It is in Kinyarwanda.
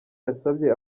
yasabye